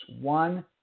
One